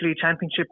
championship